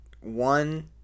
one